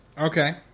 okay